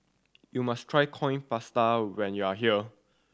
you must try Coin Prata when you are here